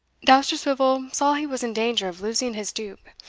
dousterswivel saw he was in danger of losing his dupe,